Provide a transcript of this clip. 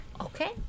Okay